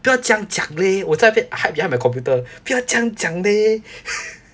你不要这样讲 leh 我在那边 I hide behind my computer 你不要这样讲 leh